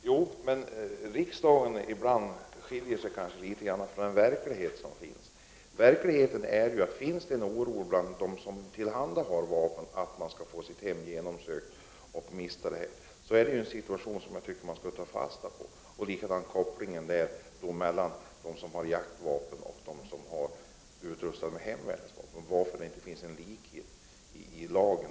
Herr talman! Det som sker i riksdagen skiljer sig kanske ibland från den verklighet som finns. Verkligheten är den att det finns en oro bland dem som handhar vapen för att de skall få sina hem genomsökta och att de skall mista vapnen. Det är en situation som man enligt min mening skall ta fasta på. Jag ställer också frågan varför det finns en skillnad i lagens inställning mellan dem som har jaktvapen och dem som är utrustade med hemvärnets vapen.